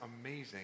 amazing